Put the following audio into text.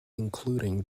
including